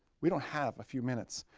we don't have a few minutes.